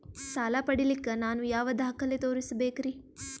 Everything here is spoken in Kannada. ಸಾಲ ಪಡಿಲಿಕ್ಕ ನಾನು ಯಾವ ದಾಖಲೆ ತೋರಿಸಬೇಕರಿ?